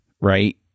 right